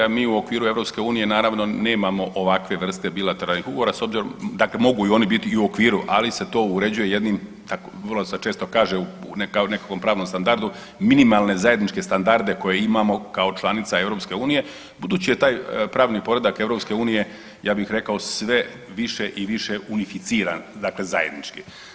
Mi u okviru EU naravno nemamo ovakve vrste bilateralnih ugovora s obzirom, dakle mogu i oni biti u okviru ali se to uređuje jednim vrlo se često kaže kako nekakvom pravnom standardu minimalne zajedničke standarde koje imamo kao članica EU budući je taj pravni poredak EU ja bih rekao sve više i više unificiran dakle zajednički.